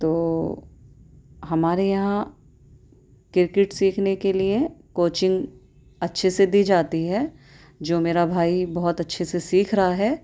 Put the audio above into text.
تو ہمارے یہاں کرکٹ سیکھنے کے لیے کوچنگ اچھے سے دی جاتی ہے جو میرا بھائی بہت اچھے سے سیکھ رہا ہے